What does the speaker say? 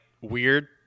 weird